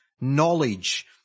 knowledge